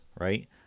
right